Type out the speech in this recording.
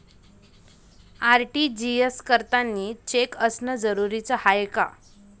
RTGS करतांनी cheque असनं जरुरीच हाय का?